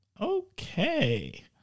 Okay